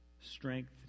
strength